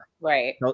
Right